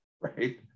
right